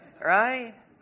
Right